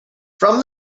from